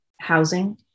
housing